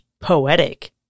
poetic